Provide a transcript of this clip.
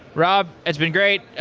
rob, it's been great.